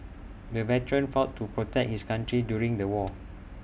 the veteran fought to protect his country during the war